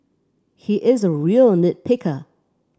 he is a real nit picker